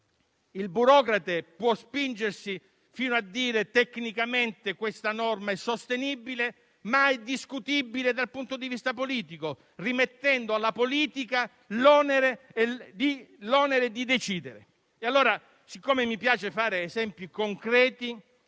Il burocrate può spingersi fino a dire tecnicamente che una norma è sostenibile, mai discutibile dal punto di vista politico, rimettendo alla politica l'onere di decidere. Poiché mi piace fare esempi concreti,